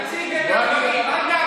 תציג את זה, תציג את הדברים.